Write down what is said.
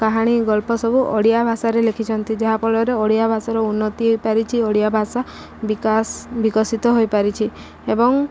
କାହାଣୀ ଗଳ୍ପ ସବୁ ଓଡ଼ିଆ ଭାଷାରେ ଲେଖିଛନ୍ତି ଯାହାଫଳରେ ଓଡ଼ିଆ ଭାଷାର ଉନ୍ନତି ହୋଇପାରିଛିି ଓଡ଼ିଆ ଭାଷା ବିକାଶ ବିକଶିତ ହୋଇପାରିଛି ଏବଂ